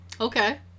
Okay